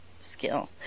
skill